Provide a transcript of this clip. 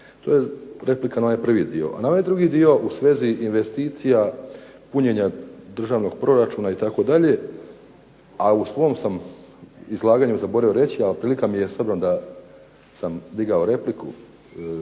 To je replika na onaj prvi dio. A na onaj drugi dio u svezi investicija punjenja državnog proračuna itd. a u svom sam izlaganju zaboravio reći, a prilika mi je s obzirom da sam digao repliku